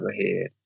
ahead